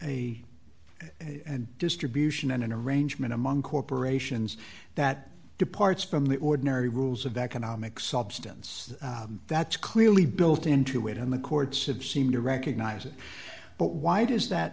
a distribution and an arrangement among corporations that departs from the ordinary rules of economic substance that's clearly built into it and the courts have seemed to recognize it but why does that